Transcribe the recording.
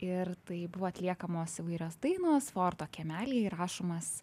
ir tai buvo atliekamos įvairios dainos forto kiemelyje įrašomas